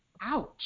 Ouch